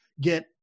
get